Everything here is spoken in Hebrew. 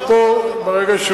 אני אדבר כל זמן ששר החינוך פה.